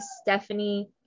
Stephanie